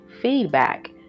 feedback